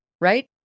right